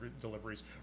deliveries